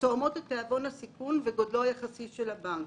התואמות את תיאבון הסיכון וגודלו היחסי של הבנק.